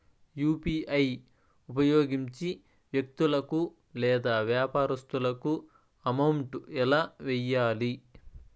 UPI ఉపయోగించి వ్యక్తులకు లేదా వ్యాపారస్తులకు అమౌంట్ ఎలా వెయ్యాలి